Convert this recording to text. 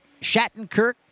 Shattenkirk